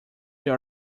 they